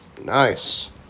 Nice